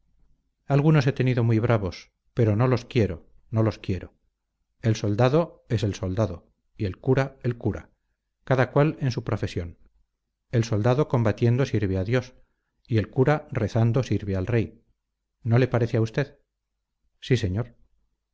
algunos he tenido muy bravos pero no los quiero no los quiero el soldado es el soldado y el cura el cura cada cual en su profesión el soldado combatiendo sirve a dios y el cura rezando sirve al rey no le parece a usted sí señor